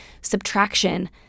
subtraction